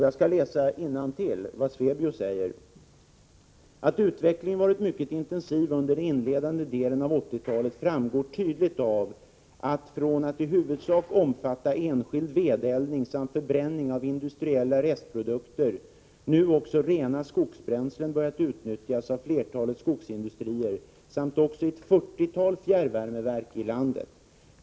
Jag läser innantill vad Svebio säger: ”Att utvecklingen varit mycket intensiv under den inledande delen av åttiotalet framgår tydligt av att, från att i huvudsak omfatta enskild vedeldning samt förbränning av industriella restprodukter, nu också rena skogsbränslen börjat utnyttjas av flertalet skogsindustrier samt också i ett fyrtiotal fjärrvärmeverk i landet.